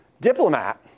diplomat